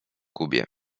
kubie